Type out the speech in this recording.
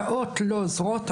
שעות לא עוזרות,